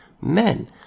men